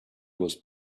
was